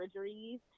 surgeries